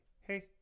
hey